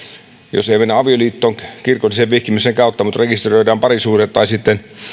jos ei mennä avioliittoon kirkollisen vihkimisen kautta mutta rekisteröidään parisuhde tai sitten on